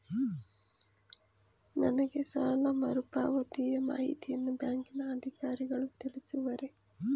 ನನಗೆ ಸಾಲ ಮರುಪಾವತಿಯ ಮಾಹಿತಿಯನ್ನು ಬ್ಯಾಂಕಿನ ಅಧಿಕಾರಿಗಳು ತಿಳಿಸುವರೇ?